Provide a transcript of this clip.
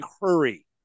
hurry